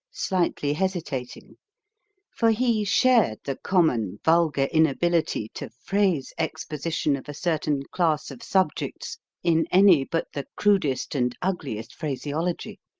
slightly hesitating for he shared the common vulgar inability to phrase exposition of a certain class of subjects in any but the crudest and ugliest phraseology.